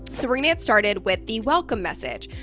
we're gonna get started with the welcome message.